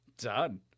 Done